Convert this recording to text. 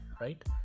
right